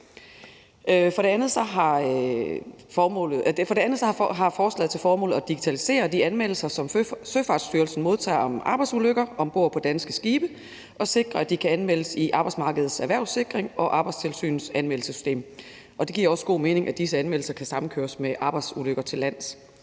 For det andet har forslaget til formål at digitalisere de anmeldelser, som Søfartsstyrelsen modtager, om arbejdsulykker om bord på danske skibe og sikre, at de kan anmeldes i Arbejdsmarkedets Erhvervssikring og Arbejdstilsynets anmeldelsessystem. Og det giver også god mening, at disse anmeldelser kan samkøres med anmeldelser af arbejdsulykker til lands.